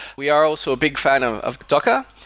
we are also a big fan of of docker,